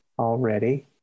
already